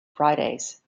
fridays